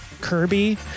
Kirby